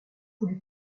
lui